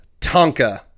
Tonka